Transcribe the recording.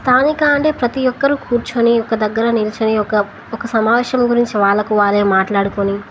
స్థానిక అంటే ప్రతి ఒక్కరు కూర్చొని ఒక దగ్గర నిలుచొని ఒక ఒక సమావేశం గురించి వాళ్ళకు వాళ్ళే మాట్లాడుకొని